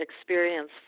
experience